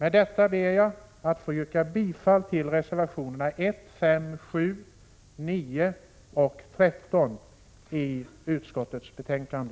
Med detta ber jag att få yrka bifall till reservationerna 1, 5,7, 9 och 13 i utskottets betänkande.